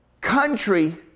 country